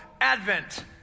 Advent